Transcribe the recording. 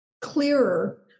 clearer